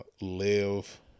live